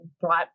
brought